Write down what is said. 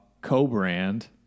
co-brand